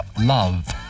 love